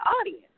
audience